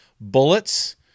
bullets